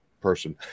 person